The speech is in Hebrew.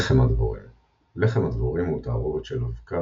לחם הדבורים – לחם הדבורים הוא תערובת של אבקה